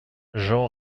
jean